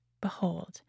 Behold